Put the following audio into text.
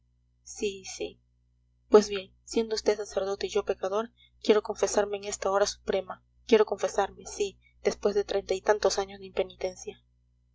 sí sí pues bien siendo vd sacerdote y yo pecador quiero confesarme en esta hora suprema quiero confesarme sí después de treinta y tantos años de impenitencia